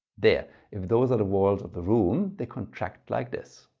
there if those are the walls of the room they contract like this.